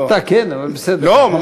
אתה כן, אבל בסדר.